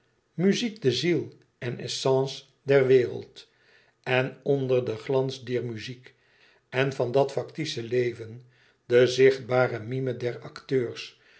muziek de ziel en essence der wereld en onder den glans dier muziek en van dat factice leven de zichtbare mime der acteurs